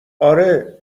آره